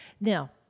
Now